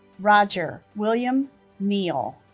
roger william neal